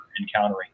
encountering